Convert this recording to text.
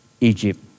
Egypt